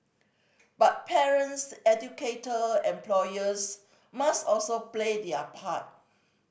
but parents educator and employers must also play their part